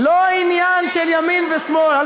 לא עניין של ימין ושמאל, שם הכיסאות יותר ריקים.